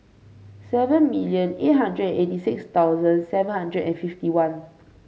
seven million eight hundred eighty six thousand seven hundred and fifty one